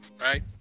Right